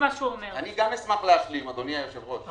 גם אשמח להשלים, אדוני היושב ראש.